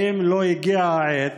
האם לא הגיעה העת